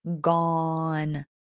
gone